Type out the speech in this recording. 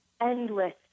endless